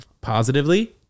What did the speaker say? positively